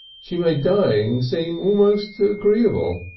she made dying seem almost agreeable.